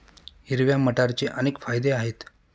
हिरव्या मटारचे अनेक फायदे आहेत